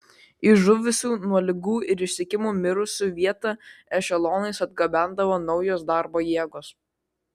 į žuvusių nuo ligų ir išsekimo mirusių vietą ešelonais atgabendavo naujos darbo jėgos